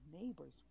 neighbor's